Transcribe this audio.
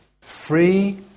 free